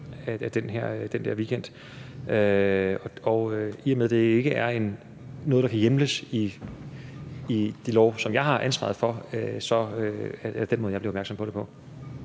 af den der weekend. I og med det ikke er noget, der kan hjemles i de love, som jeg har ansvaret for, så er det den måde, jeg blev opmærksom på det på.